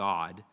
God